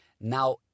Now